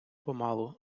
помалу